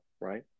right